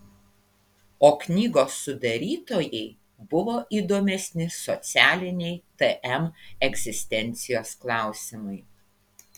o knygos sudarytojai buvo įdomesni socialiniai tm egzistencijos klausimai